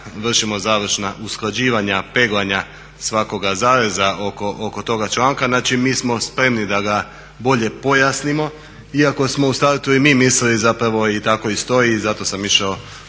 vršimo završna usklađivanja, peglanja svakoga zareza oko toga članka. Znači mi smo spremni da ga bolje pojasnimo iako smo u startu i mi mislili zapravo i tako i stoji i zato sam išao